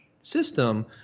system